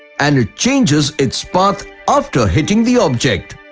and it changes its path after hitting the object.